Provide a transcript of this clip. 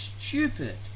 stupid